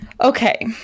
Okay